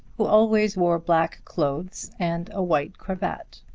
who always wore black clothes and a white cravat.